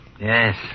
Yes